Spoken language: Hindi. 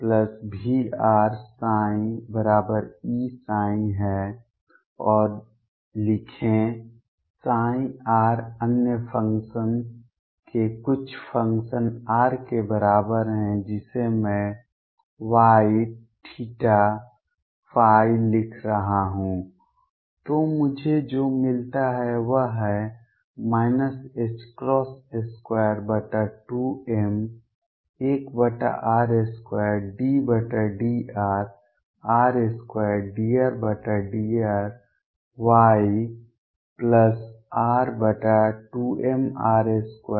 और लिखें ψ r अन्य फ़ंक्शन के कुछ फ़ंक्शन R के बराबर है जिसे मैं Yθϕ लिख रहा हूं तो मुझे जो मिलता है वह है 22m1r2∂r r2dRdrYR2mr2L2YVrRYERY